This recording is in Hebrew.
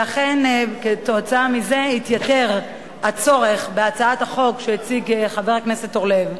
ואכן כתוצאה מזה התייתר הצורך בהצעת החוק שהציג חבר הכנסת אורלב.